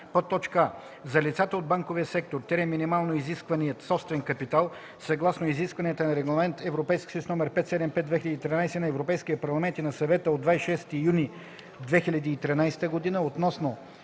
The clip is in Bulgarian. за лицата от банковия сектор – минимално изискваният собствен капитал, съгласно изискванията на Регламент (ЕС) № 575/2013 на Европейския парламент и на Съвета от 26 юни 2013 г.